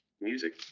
Music